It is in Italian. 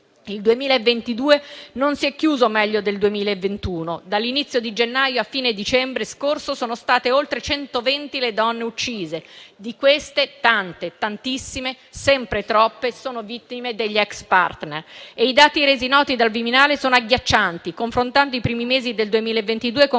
Il 2022 non si è chiuso meglio del 2021: dall'inizio di gennaio a fine dicembre scorso sono state oltre 120 le donne uccise; di queste tante, tantissime, sempre troppe, sono vittime degli ex *partner*. I dati resi noti dal Viminale sono agghiaccianti, confrontando i primi mesi del 2022 con